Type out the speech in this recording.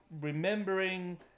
remembering